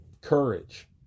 courage